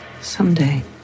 Someday